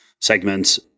segments